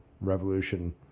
revolution